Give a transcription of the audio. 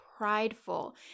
prideful